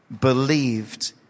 believed